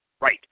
Right